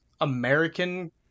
american